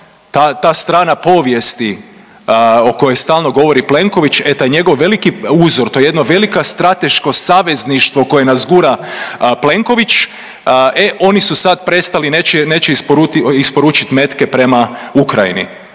Ta strana povijesti o kojoj stalno govori Plenković, e taj njegov veliki uzor, to jedno velika strateško savezništvo koje nas gura Plenković, e oni su sad prestali, neće isporučiti metke prema Ukrajini.